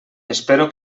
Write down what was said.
espero